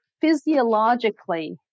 physiologically